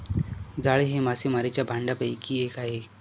जाळे हे मासेमारीच्या भांडयापैकी एक आहे